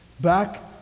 Back